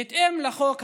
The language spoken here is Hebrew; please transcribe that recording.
בהתאם לחוק,